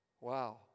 Wow